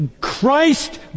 Christ